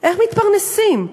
איך מתפרנסים?